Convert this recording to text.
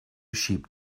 sheep